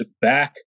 back